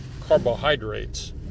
carbohydrates